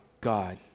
God